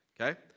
okay